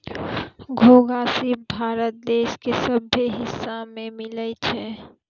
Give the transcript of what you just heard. घोंघा, सिप भारत देश के सभ्भे हिस्सा में मिलै छै